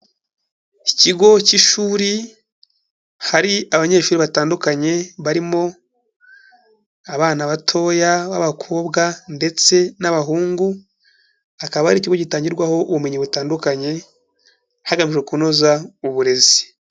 Ikigo cy'ishuri, hari abanyeshuri batandukanye, barimo abana batoya b'abakobwa ndetse n'abahungu hakaba ari ikigo gitangirwaho ubumenyi butandukanye hagamijwe kunoza uburezi.